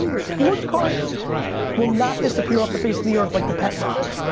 sports cards will not disappear off the face of the earth like the pet rock.